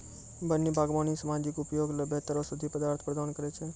वन्य बागबानी सामाजिक उपयोग ल बेहतर औषधीय पदार्थ प्रदान करै छै